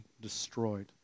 destroyed